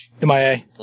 MIA